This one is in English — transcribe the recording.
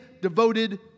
devoted